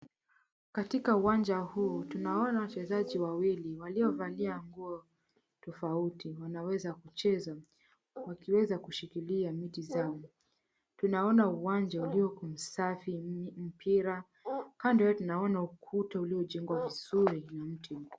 Katika uwanja huu tunawaona wachezaji wawili waliovalia nguo tofauti wanaweza kucheza wakiweza kushikilia miti zao. Tunaona uwanja ulio msafi mpira. Kando tunaona ukuta uliojengwa vizuri na mti mkubwa.